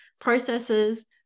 processes